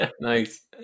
nice